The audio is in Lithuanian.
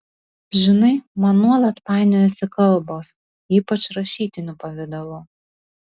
žinai man nuolat painiojasi kalbos ypač rašytiniu pavidalu